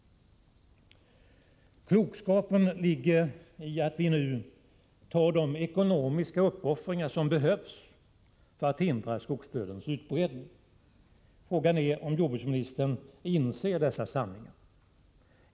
Klokskapen ligger i att vi nu gör de ekonomiska uppoffringar som behövs för att hindra skogsdödens utbredning. Frågan är om jordbruksministern inser dessa sanningar.